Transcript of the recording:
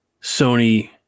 Sony